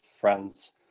friends